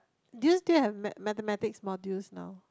do you still have Math Mathematics module now